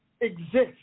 Exist